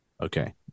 Okay